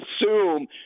assume